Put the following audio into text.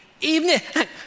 evening